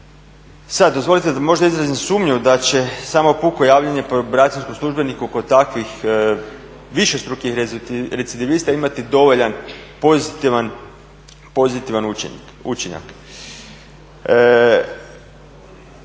Sad dozvolite da možda izrazim sumnju da će samo puko javljanje probacijskom službeniku kod takvih višestrukih recidivista imati dovoljan pozitivan učinak.